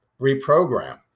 reprogram